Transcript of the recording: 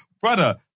Brother